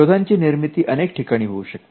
शोधांची निर्मिती अनेक ठिकाणी होऊ शकते